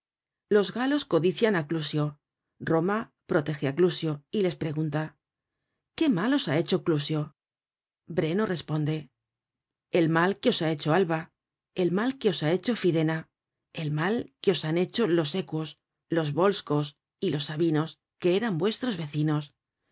los galos codician á clusio roma proteje á clusio y les pregunta qué mal os ha hecho clusio breno responde el mal que os ha hecho alba el mal que os ha hecho fidena el mal que os han hecho los equos los volseos y los sabinos que eran vuestros vecinos